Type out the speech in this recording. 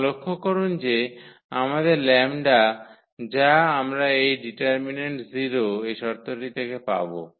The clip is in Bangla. এবং লক্ষ্য করুন যে আমাদের 𝜆 যা আমরা এই ডিটার্মিন্যান্ট 0 এই শর্তটি থেকে পাব